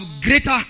greater